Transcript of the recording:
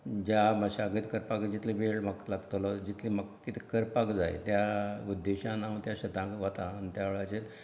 ज्या मशागत करपाक जितले वेळ म्हाका लागतलो जितले म्हाका कितें करपाक जाय त्या उद्देशान हांव त्या शेतांत वतां आनी त्या वेळाचेर